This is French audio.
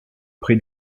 près